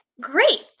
Great